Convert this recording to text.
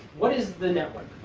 what is the network?